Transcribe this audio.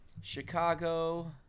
chicago